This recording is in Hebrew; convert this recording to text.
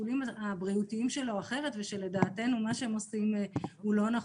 השיקולים הבריאותיים שלו אחרת ושלדעתנו מה שהם עושים הוא לא נכון,